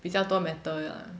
比较多 metal ah